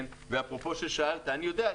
אני יודע,